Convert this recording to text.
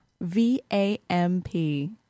V-A-M-P